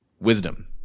Wisdom